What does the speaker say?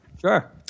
sure